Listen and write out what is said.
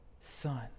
son